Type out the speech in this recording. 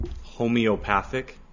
homeopathic